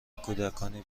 کودکانی